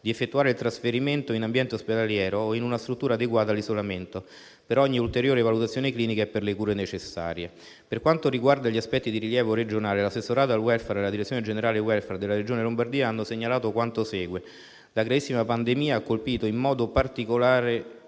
di effettuare il trasferimento in ambiente ospedaliero o in una struttura adeguata all'isolamento per ogni ulteriore valutazione clinica e per le cure necessarie. Per quanto riguarda gli aspetti di rilievo regionale, l'assessorato al *welfare* e la direzione generale *welfare* della Regione Lombardia hanno segnalato quanto segue. La gravissima pandemia ha colpito in modo particolarmente